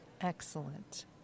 Excellent